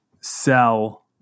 sell